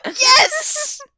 Yes